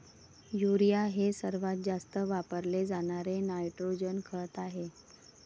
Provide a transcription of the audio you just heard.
urea हे सर्वात जास्त वापरले जाणारे नायट्रोजन खत आहे